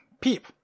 Peep